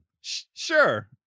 Sure